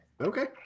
Okay